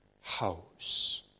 house